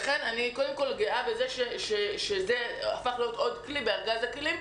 לכן אני קודם כול גאה בכך שזה הפך להיות עוד כלי בארגז הכלים,